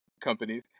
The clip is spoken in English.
companies